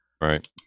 Right